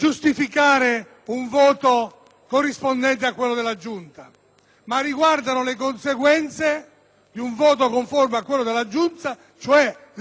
ma riguarda le conseguenze di un voto conforme a quello della Giunta, cioè l'estromissione definitiva di un parlamentare